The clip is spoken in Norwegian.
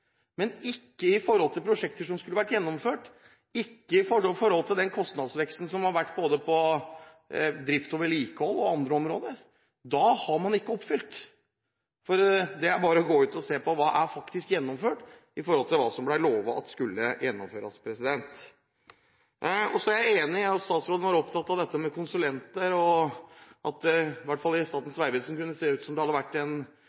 men ikke i forhold til prosjekter som skulle ha vært gjennomført, ikke i forhold til den kostnadsveksten som har vært både når det gjelder drift og vedlikehold og andre områder. Da har man ikke oppfylt. Det er bare å gå ut og se på hva som faktisk er gjennomført i forhold til det man lovet skulle bli gjennomført. Så var statsråden opptatt av dette med konsulenter, og at det i hvert fall i Statens vegvesen kunne se ut som det hadde vært